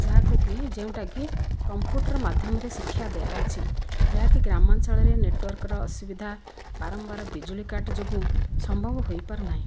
ଯାହାକୁ କି ଯେଉଁଟାକି କମ୍ପ୍ୟୁଟର ମାଧ୍ୟମରେ ଶିକ୍ଷା ଦିଆଯାଉଛି ଯାହାକି ଗ୍ରାମାଞ୍ଚଳରେ ନେଟୱାର୍କର ଅସୁବିଧା ବାରମ୍ବାର ବିଜୁଳି କାଟ ଯୋଗୁଁ ସମ୍ଭବ ହୋଇ ପାରୁନାହିଁ